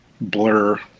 blur